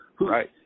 right